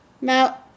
Now